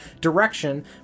direction